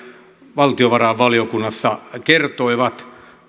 valtiovarainvaliokunnassa kertoivat